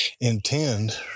intend